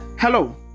Hello